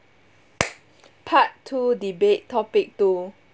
part two debate topic two